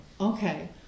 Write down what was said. okay